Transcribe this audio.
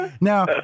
Now